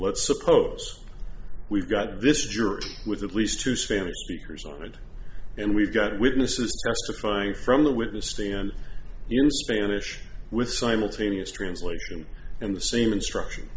let's suppose we've got this jury with at least two spanish speakers on it and we've got witnesses testifying from the witness stand you spanish with simultaneous translation and the same instruction